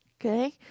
okay